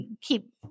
keep –